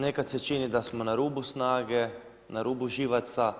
Nekad se čini da smo na rubu snage, na rubu živaca,